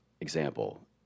Example